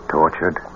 tortured